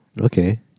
Okay